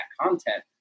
content